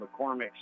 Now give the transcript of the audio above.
McCormick